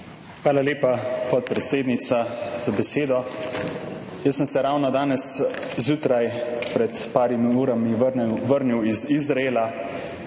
Hvala lepa, podpredsednica, za besedo. Jaz sem se ravno danes zjutraj, pred nekaj urami vrnil iz Izraela,